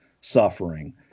suffering